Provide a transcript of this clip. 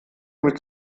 mit